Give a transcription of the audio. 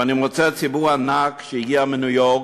ואני מוצא ציבור ענק שהגיע מניו-יורק,